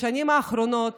בשנים האחרונות